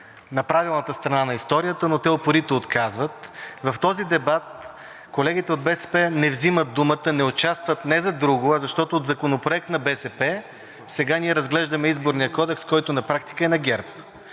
на правилната страна на историята, но те упорито отказват. В този дебат колегите от БСП не взимат думата, не участват не за друго, а защото от законопроект на БСП сега ние разглеждаме Изборния кодекс, който на практика е на ГЕРБ.